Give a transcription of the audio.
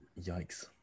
Yikes